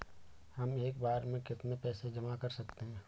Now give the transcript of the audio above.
हम एक बार में कितनी पैसे जमा कर सकते हैं?